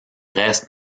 reste